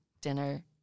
dinner